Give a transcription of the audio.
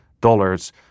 dollars